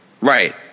Right